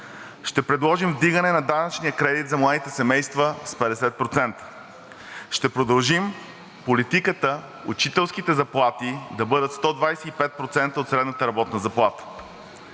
Ще предложим вдигане на данъчния кредит за младите семейства с 50%. Ще продължим политиката учителските заплати да бъдат 125% от средната работна заплата.